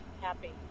happy